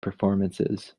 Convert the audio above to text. performances